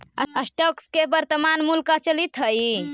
stocks के वर्तनमान मूल्य का चलित हइ